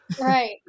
Right